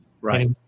Right